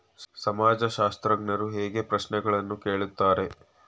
ಸಮಾಜಶಾಸ್ತ್ರಜ್ಞರು ಹೇಗೆ ಪ್ರಶ್ನೆಗಳನ್ನು ಕೇಳುತ್ತಾರೆ?